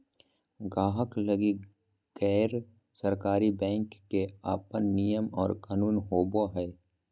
गाहक लगी गैर सरकारी बैंक के अपन नियम और कानून होवो हय